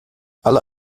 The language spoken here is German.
aller